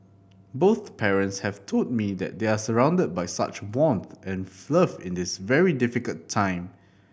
both parents have told me that they are surrounded by such warmth and in this very difficult time